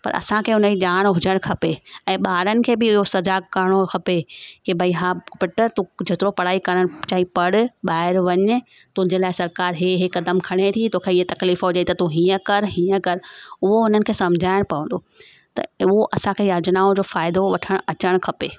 पर असांखे हुनजी ॼाण हुजणु खपे ऐं ॿारनि खे बि इहो सजाग करिणो खपे कि भई हा पुट तूं जेतिरो पढ़ाई करणु चाहीं पढ़ ॿाहिरि वञ तुंहिंजे लाइ सरकारि इहो इहो क़दम खणे थी तोखे इहा तकलीफ़ हुजई त तूं हीअं कर हीअं कर उहो उन्हनि खे समुझाइणो पवंदो त उहो असांखे योजनाउनि जो फ़ाइदो वठणु अचणु खपे